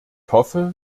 hoffe